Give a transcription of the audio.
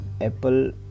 apple